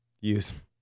use